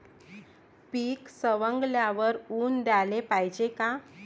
पीक सवंगल्यावर ऊन द्याले पायजे का?